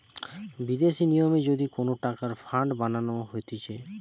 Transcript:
বিদেশি নিয়মে যদি কোন টাকার ফান্ড বানানো হতিছে